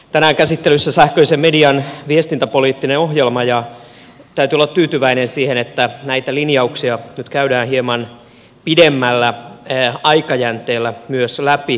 tänään käsittelyssä on sähköisen median viestintäpoliittinen ohjelma ja täytyy olla tyytyväinen siihen että näitä linjauksia nyt käydään myös hieman pidemmällä aikajänteellä läpi